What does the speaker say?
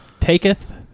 taketh